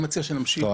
עכשיו,